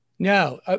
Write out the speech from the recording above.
No